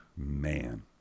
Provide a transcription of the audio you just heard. man